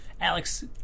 Alex